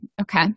Okay